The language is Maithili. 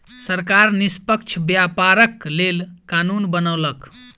सरकार निष्पक्ष व्यापारक लेल कानून बनौलक